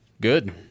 Good